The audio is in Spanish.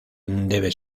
debe